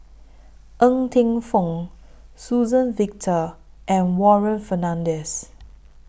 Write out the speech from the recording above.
Ng Teng Fong Suzann Victor and Warren Fernandez